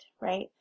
right